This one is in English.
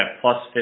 plus